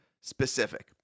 specific